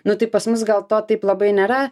nu tai pas mus gal to taip labai nėra